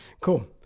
Cool